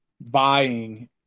buying